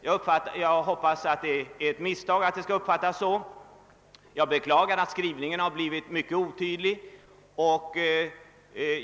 Men jag hoppas att det är ett missförstånd. Jag beklagar att skrivningen blivit mycket otydlig.